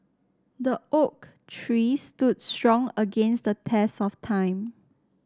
the oak tree stood strong against the test of time